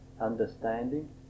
understanding